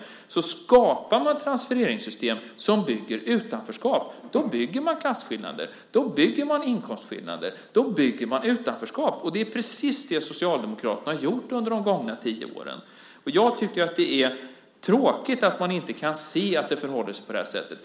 Transfereringssystem skapar utanförskap, och då bygger man upp klasskillnader och inkomstskillnader. Det är precis det Socialdemokraterna har gjort under de gångna tio åren. Det är tråkigt att man inte kan se att det förhåller sig på det sättet.